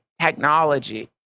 technology